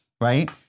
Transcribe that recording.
right